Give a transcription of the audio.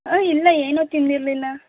ಹಾಂ ಇಲ್ಲ ಏನು ತಿಂದಿರಲಿಲ್ಲ